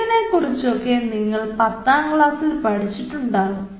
ഇതിനെക്കുറിച്ചൊക്കെ നിങ്ങൾ പത്താം ക്ലാസ്സിൽ പഠിച്ചിട്ട് ഉണ്ടാകും